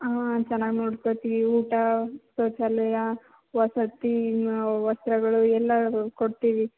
ಹಾಂ ಚೆನ್ನಾಗಿ ನೋಡ್ಕೊತೀವಿ ಊಟ ಶೌಚಾಲಯ ವಸತಿ ವಸ್ತ್ರಗಳು ಎಲ್ಲದೂ ಕೊಡ್ತೀವಿ